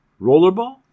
rollerball